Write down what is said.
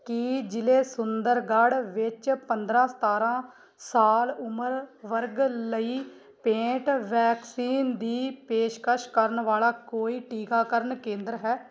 ਕੀ ਜ਼ਿਲ੍ਹੇ ਸੁੰਦਰਗੜ੍ਹ ਵਿੱਚ ਪੰਦਰਾਂ ਸਤਾਰਾਂ ਸਾਲ ਉਮਰ ਵਰਗ ਲਈ ਪੇਡ ਵੈਕਸੀਨ ਦੀ ਪੇਸ਼ਕਸ਼ ਕਰਨ ਵਾਲਾ ਕੋਈ ਟੀਕਾਕਰਨ ਕੇਂਦਰ ਹੈ